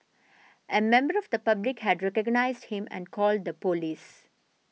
a member of the public had recognised him and called the police